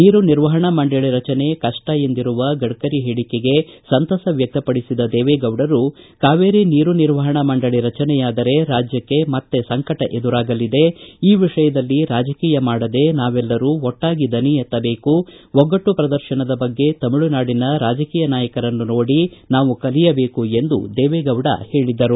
ನೀರು ನಿರ್ವಪಣಾ ಮಂಡಳಿ ರಚನೆ ಕಷ್ಟ ಎಂದಿರುವ ಗಡ್ಡರಿ ಹೇಳಿಕೆಗೆ ಸಂತಸ ವ್ಯಕ್ತಪಡಿಸಿದ ದೇವೇಗೌಡರು ಕಾವೇರಿ ನೀರು ನಿರ್ವಹಣಾ ಮಂಡಳಿ ರಚನೆಯಾದರೆ ರಾಜ್ಯಕ್ಕೆ ಮತ್ತೆ ಸಂಕಟ ಎದುರಾಗಲಿದೆ ಈ ವಿಷಯದಲ್ಲಿ ರಾಜಕೀಯ ಮಾಡದೆ ನಾವೆಲ್ಲರೂ ಒಟ್ಟಾಗಿ ದನಿ ಎತ್ತಬೇಕು ಒಗ್ಗಟ್ಟು ಪ್ರದರ್ತನದ ಬಗ್ಗೆ ತಮಿಳುನಾಡಿನ ರಾಜಕೀಯ ನಾಯಕರನ್ನು ನೋಡಿ ನಾವು ಕಲಿಯಬೇಕು ಎಂದು ದೇವೇಗೌಡ ಹೇಳಿದರು